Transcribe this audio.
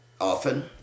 Often